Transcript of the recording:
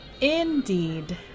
Indeed